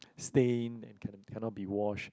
stained and cannot cannot be washed